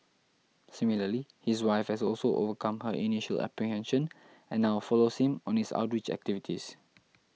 similarly his wife has also overcome her initial apprehension and now follows him on his outreach activities